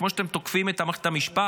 כמו שאתם תוקפים את מערכת המשפט,